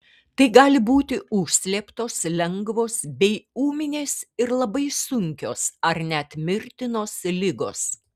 tai gali būti užslėptos lengvos bei ūminės ir labai sunkios ar net mirtinos ligos